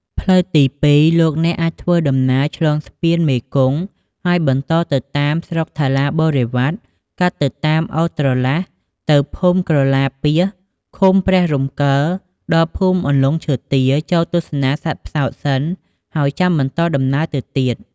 ផ្លូវទី២ លោកអ្នកអាចធ្វើដំណើរឆ្លងស្ពានមេគង្គហើយបន្តទៅតាមផ្លូវស្រុកថាឡាបរិវ៉ាត់កាត់ទៅតាមអូរត្រឡះ ទៅភូមិក្រឡាពាសឃុំព្រះរំកិលដល់ភូមិអន្លង់ឈើទាលចូលទស្សនាសត្វផ្សោតសិនហើយចាំបន្តដំណើរទៅទៀត។